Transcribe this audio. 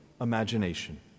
imagination